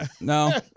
No